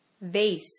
Vase